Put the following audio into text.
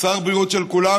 שר בריאות של כולם,